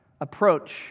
approach